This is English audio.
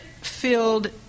filled